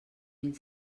mil